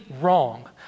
wrong